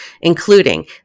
including